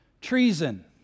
treason